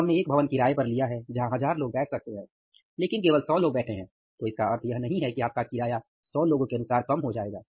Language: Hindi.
अब हमने एक भवन किराए पर लिया है जहां 1000 लोग बैठ सकते हैं लेकिन केवल 100 लोग बैठे हैं तो इसका मतलब यह नहीं है कि आपका किराया 100 लोगों के अनुसार कम हो जाएगा